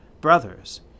Brothers